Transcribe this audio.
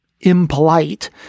impolite